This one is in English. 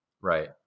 right